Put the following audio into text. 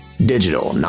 Digital